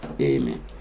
Amen